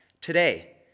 today